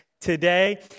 today